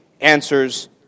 answers